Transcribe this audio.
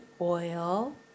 oil